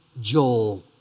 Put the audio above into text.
Joel